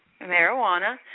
marijuana